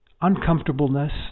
uncomfortableness